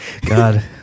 God